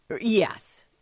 Yes